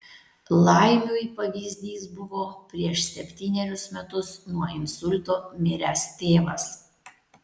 laimiui pavyzdys buvo prieš septynerius metus nuo insulto miręs tėvas